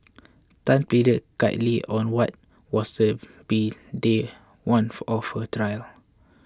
Tan pleaded guilty on what was to be day one of her trial